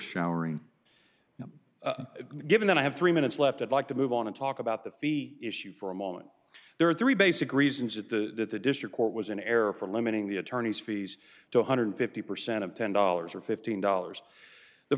showering now given that i have three minutes left i'd like to move on and talk about the fee issue for a moment there are three basic reasons that the district court was in error for limiting the attorneys fees to one hundred and fifty percent of ten dollars or fifteen dollars the